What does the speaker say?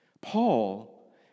Paul